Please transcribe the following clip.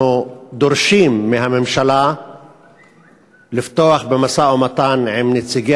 אנחנו דורשים מהממשלה לפתוח במשא-ומתן עם נציגי